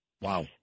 Wow